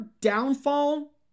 downfall